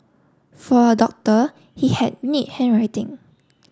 for a doctor he had neat handwriting